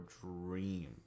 dream